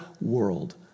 world